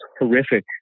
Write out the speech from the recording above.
horrific